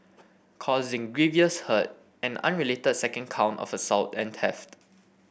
causing grievous hurt an unrelated second count of assault and theft